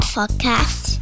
Podcast